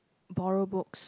borrow books